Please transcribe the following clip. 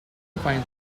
finds